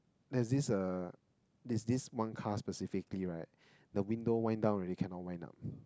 like this uh is this Moncars specifically right the window wind down already can not wind up